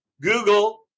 Google